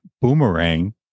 Boomerang